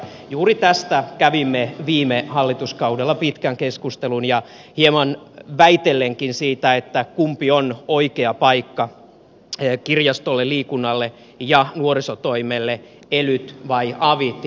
juuri tästä kävimme viime hallituskaudella pitkän keskustelun hieman väitellenkin siitä kumpi on oikea paikka kirjastolle liikunnalle ja nuorisotoimelle elyt vai avit